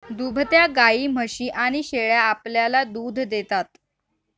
दुभत्या गायी, म्हशी आणि शेळ्या आपल्याला दूध देतात